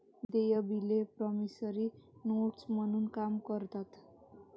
देय बिले promissory notes म्हणून काम करतात